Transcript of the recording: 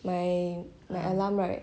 my my alarm right